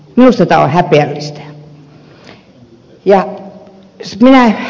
minusta tämä on häpeällistä